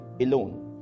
alone